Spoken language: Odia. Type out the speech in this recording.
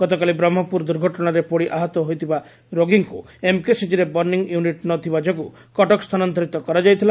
ଗତକାଲି ବ୍ରହ୍କପୁର ଦୁର୍ଘଟଣାରେ ପୋଡ଼ିଆହତ ହୋଇଥିବା ରୋଗୀଙ୍କ ଏମ୍କେସିଜିରେ ବର୍ଷ୍ଡିଂ ୟୁନିଟ୍ ନଥିବା ଯୋଗୁଁ କଟକ ସ୍ଥାନାନ୍ତରିତ କରାଯାଇଥିଲା